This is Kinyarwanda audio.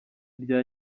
irya